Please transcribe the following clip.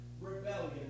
rebellion